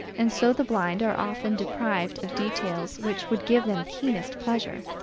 and so the blind are often deprived of details which would give them keenest pleasure,